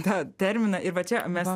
tą terminą ir va čia mes